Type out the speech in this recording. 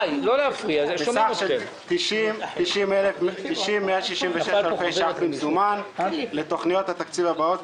בסך של 90,165 אלפי ש"ח במזומן לתוכניות התקציב הבאות,